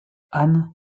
anne